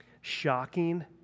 shocking